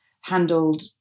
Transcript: handled